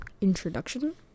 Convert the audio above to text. introduction